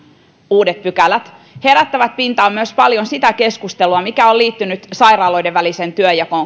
uudet pykälät herättävät pintaan paljon myös sitä keskustelua mikä on koko tämän vaalikauden liittynyt sairaaloiden väliseen työnjakoon